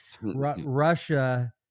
russia